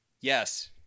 yes